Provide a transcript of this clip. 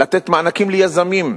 לתת מענקים ליזמים,